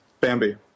Bambi